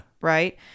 Right